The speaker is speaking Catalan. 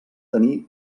tenir